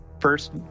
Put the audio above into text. First